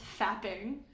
fapping